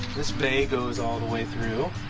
this bay goes all the way through